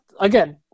Again